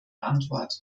antwort